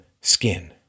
skin